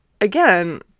again